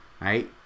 Right